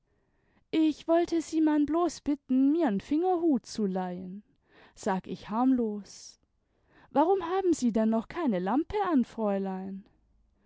jch wollte sie man bloß bitten mir n fingerhut zu leihen sag ich harmlos warum haben sie d m noch keine lampe an fräulein